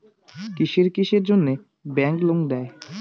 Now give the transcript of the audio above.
কিসের কিসের জন্যে ব্যাংক লোন দেয়?